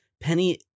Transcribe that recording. Penny